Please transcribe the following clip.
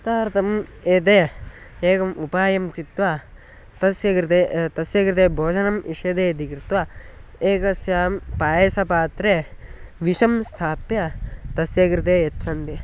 तदर्थं एते एकम् उपायं चित्वा तस्य कृते तस्य कृते भोजनं इष्यते इति कृत्वा एकस्यां पायसपात्रे विषं स्थाप्य तस्य कृते यच्छन्ति